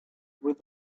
with